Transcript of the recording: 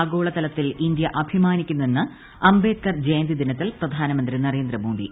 ആഗോളതലത്തിൽ ഇന്ത്യ അഭിമാനിക്കുന്നെന്ന് അംബേദ്കർ ജയന്തിദിനത്തിൽ പ്രധാനമന്ത്രി നരേന്ദ്രമോദി